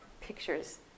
pictures